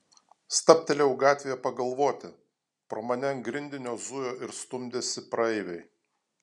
stabtelėjau gatvėje pagalvoti pro mane ant grindinio zujo ir stumdėsi praeiviai